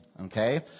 Okay